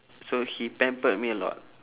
so he pampered me a lot